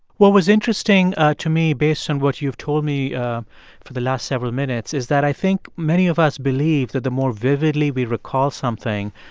what was interesting to me, based on what you've told me for the last several minutes, is that i think many of us believe that the more vividly we recall something,